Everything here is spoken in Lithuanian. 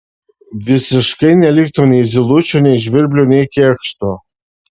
visiškai neliktų nei zylučių nei žvirblių nei kėkštų